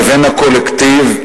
לבין הקולקטיב,